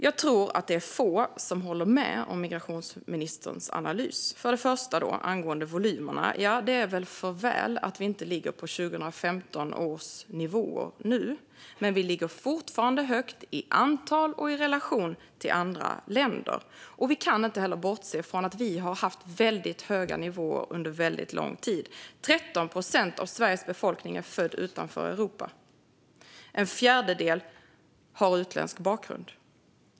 Jag tror att få håller med om migrationsministerns analys. För det första vad gäller volymerna: Det är väl för väl att vi inte ligger på 2015 års nivåer nu. Men vi ligger fortfarande högt i antal och i relation till andra länder. Vi kan heller inte bortse från att vi har haft väldigt höga nivåer under väldigt lång tid. 13 procent av Sveriges befolkning är född utanför Europa. En fjärdedel har utländsk bakgrund.